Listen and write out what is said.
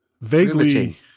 vaguely